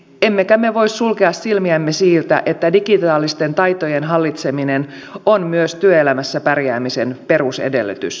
emmekä me voi sulkea silmiämme siltä että digitaalisten taitojen hallitseminen on myös työelämässä pärjäämisen perusedellytys